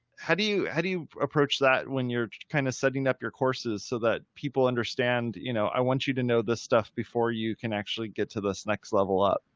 how do you, how do you approach that when you're kind of setting up your courses so that people understand, you know, i want you to know this stuff before you can actually get to this next level up.